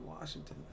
Washington